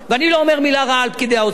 אני לא אומר מלה רעה על פקידי האוצר.